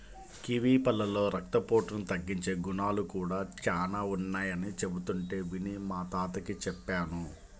kiwi పళ్ళలో రక్తపోటును తగ్గించే గుణాలు కూడా చానా ఉన్నయ్యని చెబుతుంటే విని మా తాతకి చెప్పాను